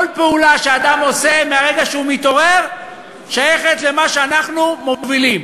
כל פעולה שאדם עושה מהרגע שהוא מתעורר שייכת למה שאנחנו מובילים.